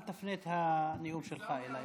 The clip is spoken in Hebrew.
אל תפנה את הנאום שלך אליי,